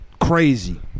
crazy